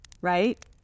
right